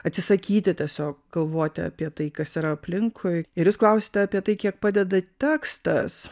atsisakyti tiesiog galvoti apie tai kas yra aplinkui ir jūs klausėte apie tai kiek padeda tekstas